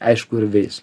aišku ir veislė